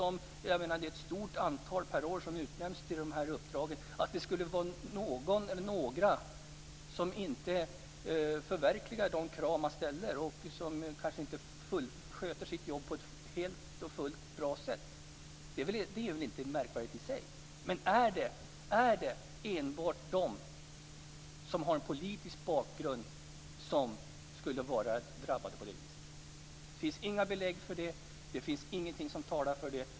Det är ett stort antal personer som varje år utnämns till dessa uppdrag, och om några av dem inte motsvarar de krav som ställs och kanske inte sköter sitt jobb på ett helt bra sätt är det inte märkvärdigt i sig. Men är det enbart de som har en politisk bakgrund som är drabbade på det viset? Det finns inga belägg för det och ingenting som talar för det.